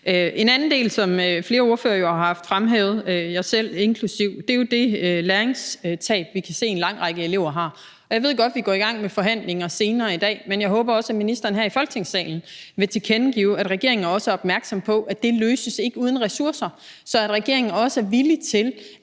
En anden del, som flere ordførere jo også har fremhævet – mig selv inklusive – er det læringstab, vi kan se en lang række elever har. Og jeg ved godt, at vi går i gang med forhandlinger senere i dag, men jeg håber også, at ministeren her i Folketingssalen vil tilkendegive, at regeringen også er opmærksom på, at det ikke løses uden ressourcer, og at regeringen også er villig til